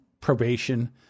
probation